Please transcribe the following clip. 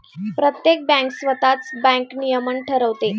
प्रत्येक बँक स्वतःच बँक नियमन ठरवते